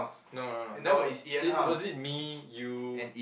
no no no that was it was it me you